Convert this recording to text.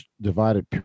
divided